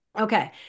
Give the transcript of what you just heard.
okay